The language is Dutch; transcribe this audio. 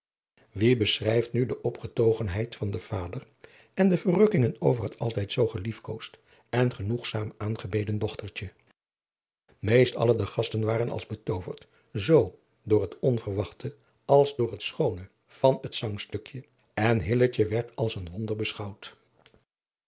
wie beschrijft nu de opgetogenheid van den vader en de verrukkingen over het altijd zoo geliefkoosd en genoegzaam aangebeden dochtertje meest alle de g asten waren als betooverd zoo door het onverwachte als door het schoone van het zaugstukje en hilletje werd als een wonder beschouwd